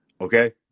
Okay